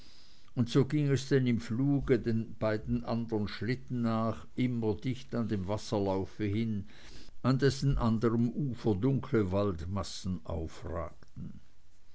und so ging es denn im fluge den beiden anderen schlitten nach immer dicht an dem wasserlauf hin an dessen anderem ufer dunkle waldmassen aufragten